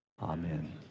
Amen